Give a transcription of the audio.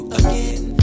again